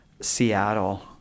seattle